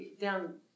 down